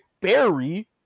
Barry